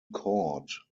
caught